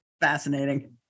Fascinating